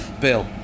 Bill